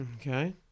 Okay